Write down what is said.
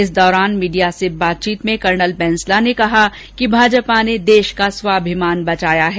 इस दौरान मीडिया से बातचीत में कर्नल बैंसला ने कहा कि भाजपा ने देश का स्वाभिमान बचाया है